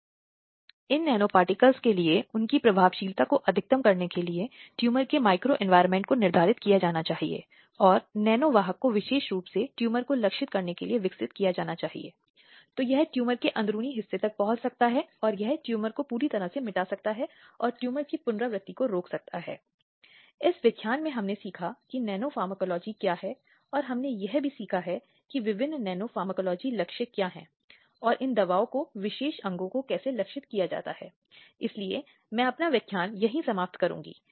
तो ये कुछ विभिन्न अपराध हैं जिन्हें शामिल किया गया है और इन सभी अपराधों को संबोधित करने की कोशिश की गई है हिंसा के कुछ अन्य रूप जो दैनिक आधार पर महिलाओं और लड़कियों पर लागू हो रहे हैं चाहे वे घर में हों या बाहर घर और राज्य इन प्रावधानों से समाज में इस तरह की हिंसा की घटनाओं पर गंभीरता से अंकुश लगाने का इरादा रखते हैं